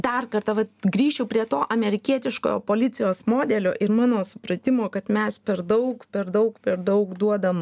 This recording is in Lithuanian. dar kartą va grįšiu prie to amerikietiškojo policijos modelio ir mano supratimo kad mes per daug per daug per daug duodam